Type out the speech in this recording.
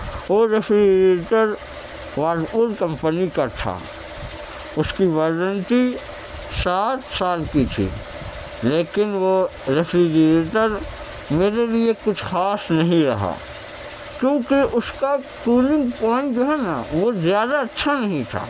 وہ refrigerator Whirlpool company کا تھا اس کی وارنٹی سات سال کی تھی لیکن وہ ریفریجریٹر میرے لیے کچھ خاص نہیں رہا کیونکہ اس کا کولنگ پوائنٹ جو ہے نا زیادہ اچھا نہیں تھا